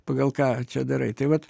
pagal ką čia darai tai vat